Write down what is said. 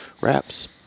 wraps